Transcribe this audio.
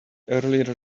earlier